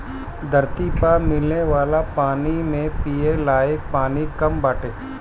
धरती पअ मिले वाला पानी में पिये लायक पानी कम बाटे